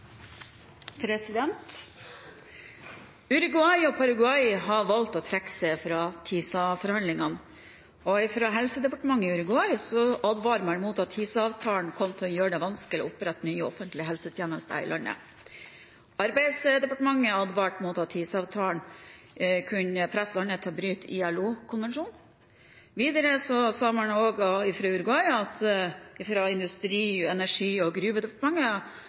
og Paraguay har valgt å trekke seg fra TISA-forhandlingene, og fra helsedepartementet i Uruguay advarer man mot at TISA-avtalen kommer til å gjøre det vanskelig å opprette nye offentlige helsetjenester i landet. Arbeidsdepartementet advarte mot at TISA-avtalen kunne presse landet til å bryte ILO-konvensjonen, og videre konkluderte industri-, energi og gruvedepartementet i Uruguay at TISA-avtalen kunne frata landet nasjonal kontroll over telenettverk, oljeraffineri, distribusjon av vann og